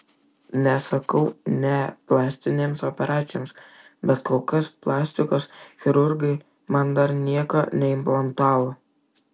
nesakau ne plastinėms operacijoms bet kol kas plastikos chirurgai man dar nieko neimplantavo